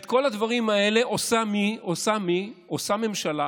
רגע, מי אשם בזה שלא